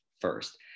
first